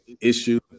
issue